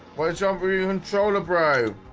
watch over you and rolla bro